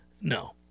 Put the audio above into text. No